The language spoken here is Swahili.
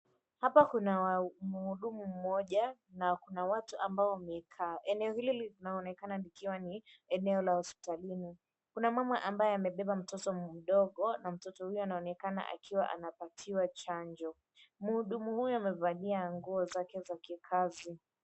Hapa kuna mhudumu mmoja na kuna watu ambao wamekaa. Eneo hili linaonekana likiwa ni eneo la hosipitalini. Kuna mama ambaye amebeba mtoto mdogo na mtoto huyu anaonekana akiwa anapatiwa chanjo. Mhudumu huyu amevalia nguo zake za kikazi.